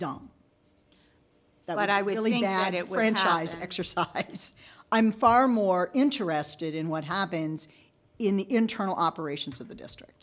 add it with exercise i'm far more interested in what happens in the internal operations of the district